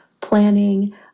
planning